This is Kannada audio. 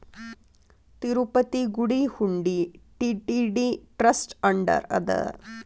ತಿರುಪತಿ ಗುಡಿ ಹುಂಡಿ ಟಿ.ಟಿ.ಡಿ ಟ್ರಸ್ಟ್ ಅಂಡರ್ ಅದ